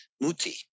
muti